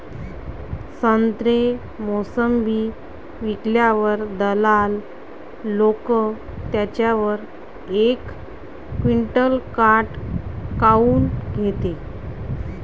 संत्रे, मोसंबी विकल्यावर दलाल लोकं त्याच्यावर एक क्विंटल काट काऊन घेते?